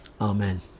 Amen